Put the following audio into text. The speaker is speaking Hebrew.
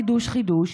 חידוש חידוש,